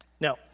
Now